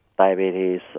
diabetes